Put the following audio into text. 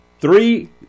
three